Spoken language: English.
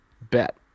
bet